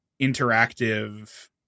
interactive